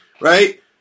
Right